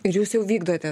ir jūs jau vykdote